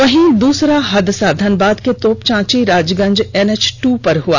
वहीं दूसरा हादसा धनबाद के तोपचांची राजगंज एनएच दो पर हुआ